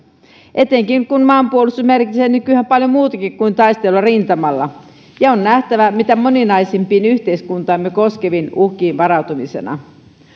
etenkään kun maanpuolustus merkitsee nykyään paljon muutakin kuin taistelua rintamalla ja on nähtävä mitä moninaisimpiin yhteiskuntaamme koskeviin uhkiin varautumisena